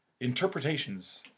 interpretations